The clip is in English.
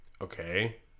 Okay